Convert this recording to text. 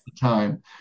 time